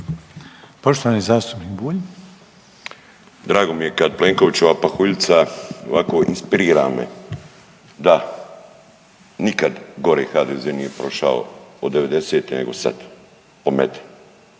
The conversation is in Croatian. Poštovani zastupnik Bulj. **Bulj, Miro (MOST)** Drago mi je kad Plenkovićeva pahuljica onako inspirira me. Da, nikad gore HDZ nije prošao od '90.-te nego sad, pometen,